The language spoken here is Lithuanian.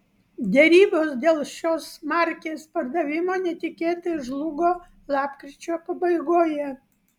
derybos dėl šios markės pardavimo netikėtai žlugo lapkričio pabaigoje